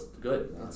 good